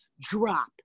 drop